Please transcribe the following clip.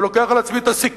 ולוקח על עצמי את הסיכון.